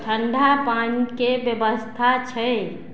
ठण्डा पानिके व्यवस्था छै